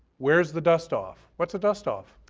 where's the dust off, what's a dust off.